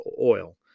oil